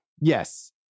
Yes